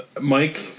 Mike